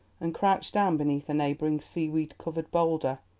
and crouch down beneath a neighbouring seaweed-covered boulder,